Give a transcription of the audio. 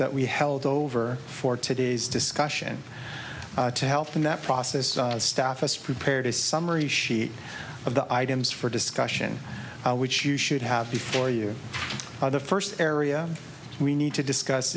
that we held over for today's discussion to help in that process staff us prepared a summary sheet of the items for discussion which you should have before you or the first area we need to discuss